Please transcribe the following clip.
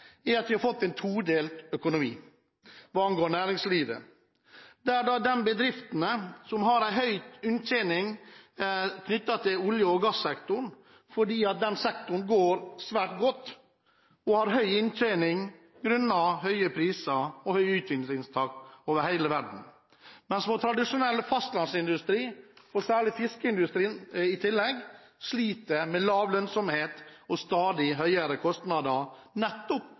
er at vi har fått en todelt økonomi hva angår næringslivet. Bedriftene i olje- og gassektoren har en høy inntjening fordi den sektoren går svært godt, og har høy inntjening grunnet høye priser og høy utvinningstakt over hele verden. Mens tradisjonell fastlandsindustri, og særlig fiskeindustrien, sliter med lav lønnsomhet og stadig høyere kostnader nettopp